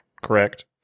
Correct